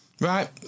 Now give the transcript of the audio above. Right